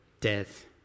death